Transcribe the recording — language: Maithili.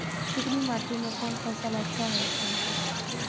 चिकनी माटी में कोन फसल अच्छा होय छे?